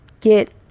get